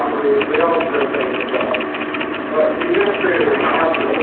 they also think as well the administrators aren't the